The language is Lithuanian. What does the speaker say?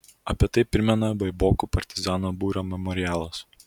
apie tai primena baibokų partizanų būrio memorialas